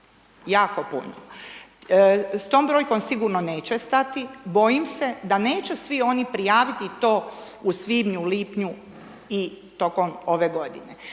jako puno. S tom brojkom sigurno neće stati, bojim se da neće svi oni prijaviti to u svibnju, lipnju i tokom ove godine.